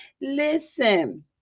Listen